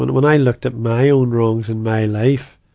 when i looked at my own wrongs in my life,